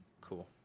cool